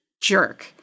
jerk